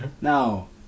Now